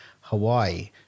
Hawaii